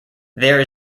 there